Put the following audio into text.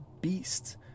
beasts